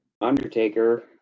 Undertaker